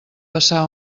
passar